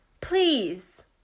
please